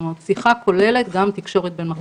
שיחה כוללת גם תקשורת בין מחשבים.